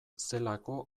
zelako